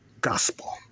gospel